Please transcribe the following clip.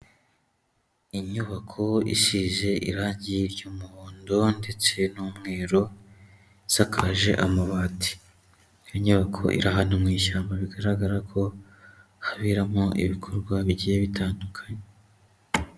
Inyubako isize irangi ry'umuhondo ndetse n'umweru, isakaje amabati. Iyo nyubako iri ahantu mu ishyamba, bigaragara ko haberamo ibikorwa bigiye bitandukanye.